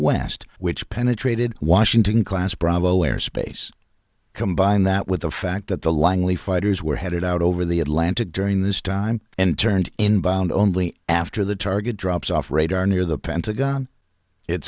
west which penetrated washington class bravo airspace combine that with the fact that the langley fighters were headed out over the atlantic during this time and turned in by and only after the target drops off radar near the pentagon it